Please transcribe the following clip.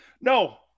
No